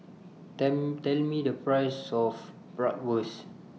them Tell Me The Price of Bratwurst